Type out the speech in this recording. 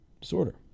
Disorder